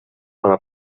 para